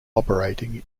operating